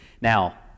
Now